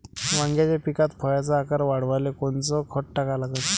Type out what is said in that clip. वांग्याच्या पिकात फळाचा आकार वाढवाले कोनचं खत टाका लागन?